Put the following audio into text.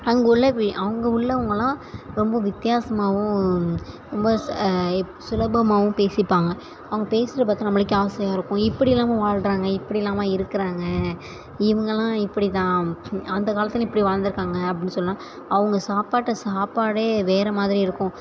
அங்கே உள்ள அங்கே உள்ளவங்கள்லாம் ரொம்ப வித்தியாசமாகவும் ரொம்ப சுலபமாகவும் பேசிப்பாங்க அவங்க பேசுவத பார்த்தா நம்மளுக்கே ஆசையாக இருக்கும் இப்படியெல்லாமா வாழ்கிறாங்க இப்படியெல்லாமா இருக்கிறாங்க இவங்கள்லாம் இப்படி தான் அந்த காலத்தில் இப்படி வாழ்ந்துருக்காங்க அப்படின்னு சொன்னால் அவங்க சாப்பாட்டை சாப்பாடே வேறு மாதிரி இருக்கும்